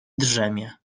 drzemie